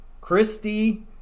Christy